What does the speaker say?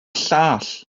llall